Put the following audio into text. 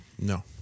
No